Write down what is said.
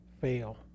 fail